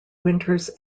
winters